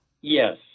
Yes